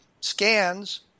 scans